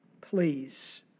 Please